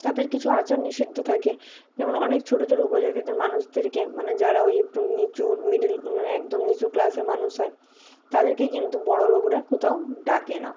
তাদের কিছু আচার নিষিদ্ধ থাকে যেমন অনেক ছোটো ছোটো উপজাতিদের মানুষদেরকে মানে যারা ওই একটু নিচু মিডিল মানে একদম নিচু ক্লাসের মানুষ হয় তাদেরকে কিন্তু বড়ো লোকরা কোথাও ডাকে না